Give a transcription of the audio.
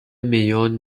million